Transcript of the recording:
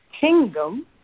Kingdom